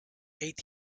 eight